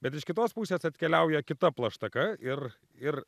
bet iš kitos pusės atkeliauja kita plaštaka ir ir